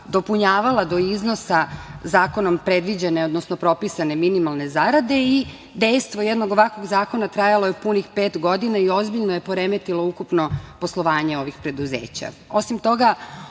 dopunjavala do iznosa Zakonom predviđene, odnosno propisane minimalne zarade i dejstvo jednog ovakvog zakona trajalo je punih pet godina i ozbiljno je poremetilo ukupno poslovanje ovih preduzeća. Osim toga,